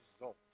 result